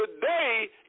today